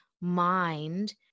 mind